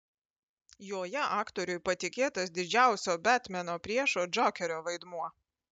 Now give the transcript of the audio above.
joje aktoriui patikėtas didžiausio betmeno priešo džokerio vaidmuo